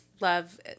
love